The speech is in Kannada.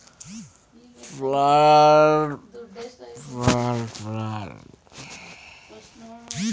ಫಾರ್ಮ್ ಟ್ರಕ್ ಕೃಷಿ ಬಳಕೆ ವಾಹನವಾಗಿದ್ದು ಸಣ್ಣ ಪಿಕಪ್ ಟ್ರಕ್ ಅಥವಾ ಹಳೆಯ ಭಾಗಗಳಿಂದ ವಿನ್ಯಾಸಗೊಳಿಸಲಾದ ವಾಹನ